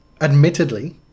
Admittedly